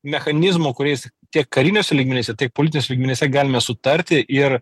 mechanizmų kuriais tiek kariniuose lygmenyse tiek politiniuose lygmenyse galime sutarti ir